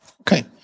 Okay